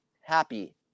happy